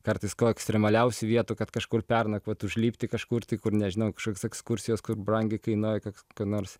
kartais kuo ekstremaliausių vietų kad kažkur pernakvot užlipti kažkur tai kur nežinau kažkokios ekskursijos kur brangiai kainuoja koks nors